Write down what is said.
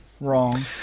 wrong